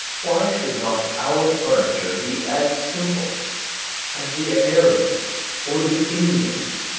why should not our furniture be as simple as the ah arab's or the indian's?